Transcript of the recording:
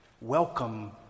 Welcome